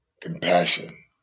compassion